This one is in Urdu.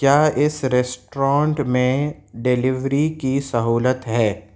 کیا اس ریسٹورنٹ میں ڈیلیوری کی سہولت ہے